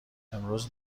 امروز